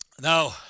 Now